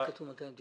אז למה כתוב 291?